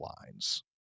lines